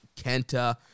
Kenta